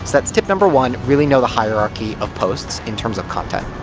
that's tip number one, really know the hierarchy of posts, in terms of content.